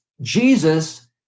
Jesus